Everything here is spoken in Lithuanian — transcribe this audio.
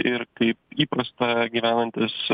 ir kaip įprasta gyvenantis